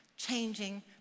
changing